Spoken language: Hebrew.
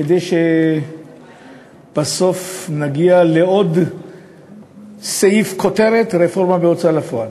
כדי שבסוף נגיע לעוד סעיף כותרת: רפורמה בהוצאה לפועל.